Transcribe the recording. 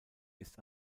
ist